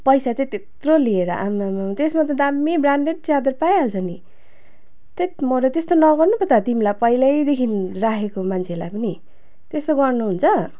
पैसा चाहिँ त्यत्रो लिएर आम्मामा त्यसमा त दामी ब्रान्डेड च्यादर पाइहाल्छ नि धत् मोरो त्यस्तो त नगर्नु पो त तिमीलाई पहिल्यैदेखि राखेको मान्छेलाई पनि त्यस्तो गर्नुहुन्छ